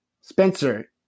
Spencer